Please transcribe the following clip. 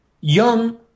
young